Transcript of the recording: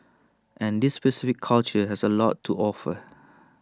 and this specific culture has A lot to offer